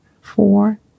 four